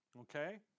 okay